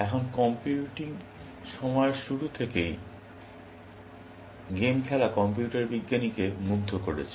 এখন কম্পিউটিং সময়ের শুরু থেকেই গেম খেলা কম্পিউটার বিজ্ঞানীকে মুগ্ধ করেছে